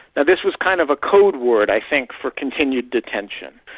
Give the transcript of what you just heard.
now this was kind of a codeword i think for continued detention.